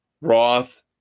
Roth